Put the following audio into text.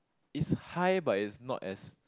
is high but is not as